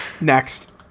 Next